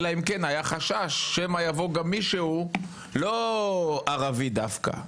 אלא אם כן היה חשש שמא יבוא גם מישהו לא ערבי דווקא.